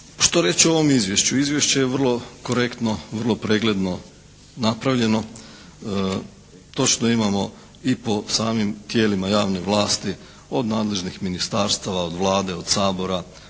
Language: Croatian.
Što reći o ovom izvješću? Izvješće je vrlo korektno, vrlo pregledno napravljeno. Točno imamo i po samim tijelima javne vlasti od nadležnih ministarstava, od Vlade, od Sabora,